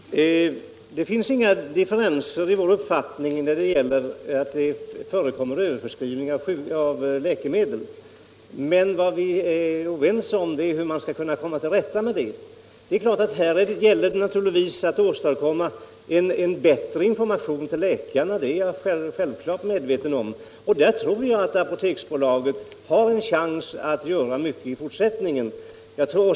Herr talman! Det finns inga differenser i vår uppfattning om förekomsten av överförskrivning av läkemedel. Men vi är oense om hur man skall kunna komma till rätta med problemet. Här gäller det naturligtvis att få till stånd en bättre information till läkarna, och jag tror att Apoteksbolaget har en chans att göra mycket i fortsättningen.